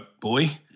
boy